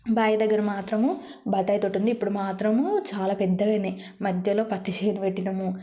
బావి దగ్గర మాత్రము బత్తాయి తోట ఉంది ఇప్పుడు మాత్రము చాలా పెద్దగా అయినాయి మధ్యలో పత్తి చేను పెట్టినాము